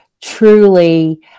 truly